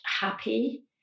happy